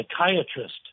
psychiatrist